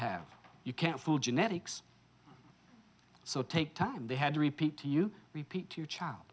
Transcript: have you can't fool genetics so take time they had to repeat to you repeat to